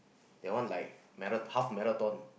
that one like mara~ half marathon